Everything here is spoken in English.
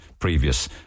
previous